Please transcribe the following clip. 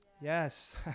Yes